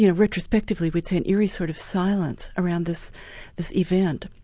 you know retrospectively we'd say an eerie sort of silence around this this event,